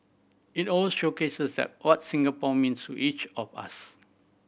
it also showcases that what Singapore means to each of us